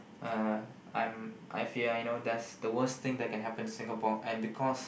um I'm I fear you know that's the worst thing that can happen Singapore and because